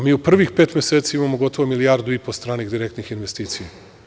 Mi u prvih pet meseci imamo gotovo milijardu i po stranih direktnih investicija.